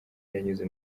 yanyuze